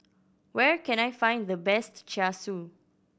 where can I find the best Char Siu